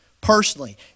Personally